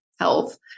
health